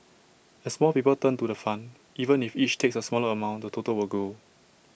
as more people turn to the fund even if each takes A smaller amount the total will grow